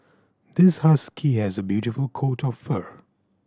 this husky has a beautiful coat of fur